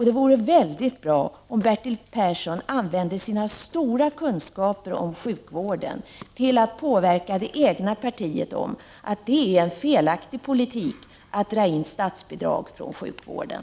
Det vore bra om Bertil Persson använde sina stora kunskaper om sjukvården till att påverka det egna partiet om att det är en felaktig politik att dra in statsbidrag från sjukvården.